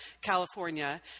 California